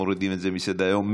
מורידים מסדר-היום.